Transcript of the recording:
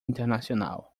internacional